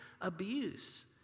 abuse